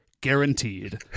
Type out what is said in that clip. guaranteed